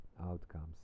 outcomes